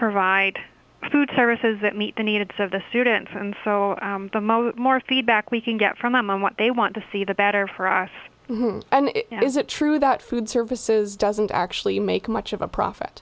provide food services that meet the needs of the students and so more feedback we can get from them on what they want to see the better for us and is it true that food services doesn't actually make much of a profit